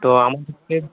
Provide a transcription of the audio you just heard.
তো আমাদেরকে